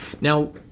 Now